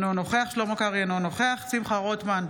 אינו נוכח שלמה קרעי, אינו נוכח שמחה רוטמן,